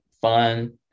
fun